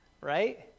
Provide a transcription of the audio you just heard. right